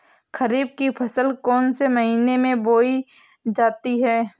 खरीफ की फसल कौन से महीने में बोई जाती है?